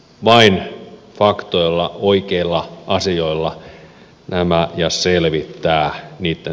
laine pak tuella huikeilla asioilla nämä ja selvittää miten